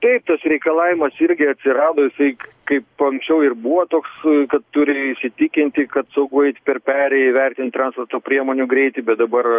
taip tas reikalavimas irgi atsirado jisai kaip anksčiau ir buvo toks kad turi įsitikinti kad saugu eit per perėją įvertint transporto priemonių greitį bet dabar